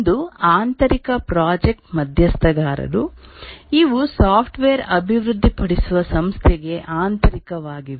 ಒಂದು ಆಂತರಿಕ ಪ್ರಾಜೆಕ್ಟ್ ಮಧ್ಯಸ್ಥಗಾರರು ಇವು ಸಾಫ್ಟ್ವೇರ್ ಅಭಿವೃದ್ಧಿಪಡಿಸುವ ಸಂಸ್ಥೆಗೆ ಆಂತರಿಕವಾಗಿವೆ